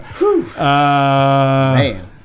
man